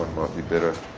won't be but